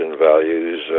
values